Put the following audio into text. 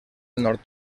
nord